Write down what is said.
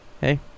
hey